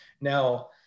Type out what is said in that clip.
now